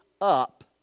up